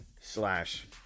slash